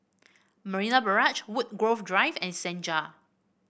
Marina Barrage Woodgrove Drive and Senja